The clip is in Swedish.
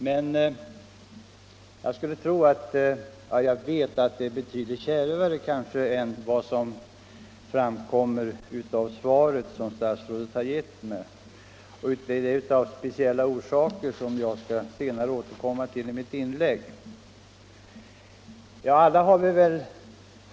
Men jag vet att läget är betydligt kärvare än vad som framkommer av det svar statsrådet givit mig, och det av speciella orsaker som jag skall återkomma till senare i mitt inlägg.